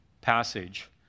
passage